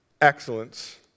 excellence